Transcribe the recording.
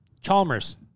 Chalmers